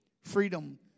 Freedom